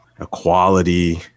equality